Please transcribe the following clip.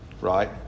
right